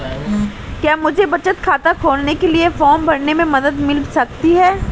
क्या मुझे बचत खाता खोलने के लिए फॉर्म भरने में मदद मिल सकती है?